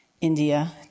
India